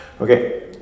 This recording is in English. Okay